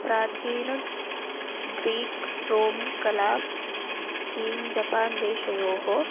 प्राचीनं ग्रीक् रों कला चीन् जपान् देशयोः